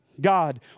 God